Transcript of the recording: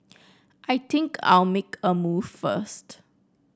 I think I'll make a move first